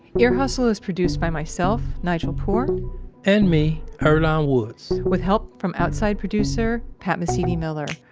ear hustle is produced by myself, nigel poor and me, earlonne woods with help from outside producer pat mesiti-miller,